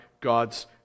God's